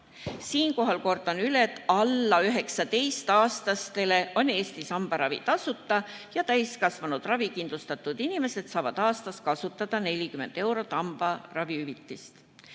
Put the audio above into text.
Siinkohal kordan, et alla 19-aastastele on Eestis hambaravi tasuta ja täiskasvanud ravikindlustatud inimesed saavad aastas kasutada 40 eurot hambaravihüvitist.